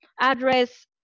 address